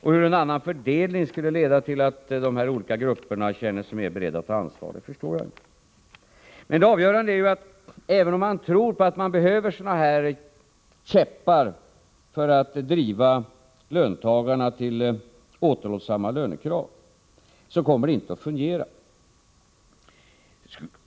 Hur en annan fördelning skulle kunna leda till att de här olika grupperna känner sig mer beredda att ta ansvaret förstår jag inte. Men det avgörande är ju att även om man tror på att det behövs sådana här 43 käppar för att driva löntagarna till återhållsamma lönekrav, så kommer det inte att fungera.